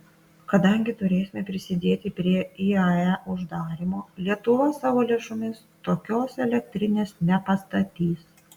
kadangi turėsime prisidėti prie iae uždarymo lietuva savo lėšomis tokios elektrinės nepastatys